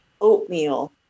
oatmeal